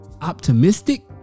optimistic